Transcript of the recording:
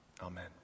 Amen